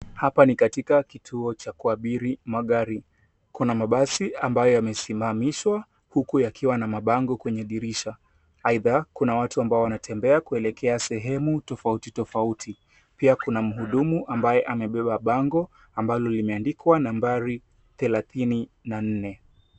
Hapa ni katika kituo cha kuabiri magari. Kuna mabasi ambayo yamesimamishwa huku yakiwa na mabango kwenye dirisha. Aidha kuna watu ambao wanatembea kuelekea sehemu tofauti tofauti. Pia kuna mhudumu ambaye amebeba bango ambalo limeandikwa nambari thelathini na nne.